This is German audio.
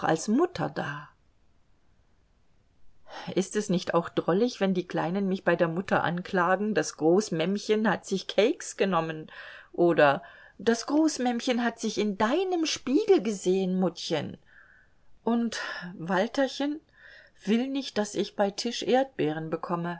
als mutter da ist es nicht auch drollig wenn die kleinen mich bei der mutter anklagen das großmämmchen hat sich cakes genommen oder das großmämmchen hat sich in deinem spiegel gesehen muttchen und walterchen will nicht daß ich bei tisch erdbeeren bekomme